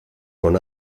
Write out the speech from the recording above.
con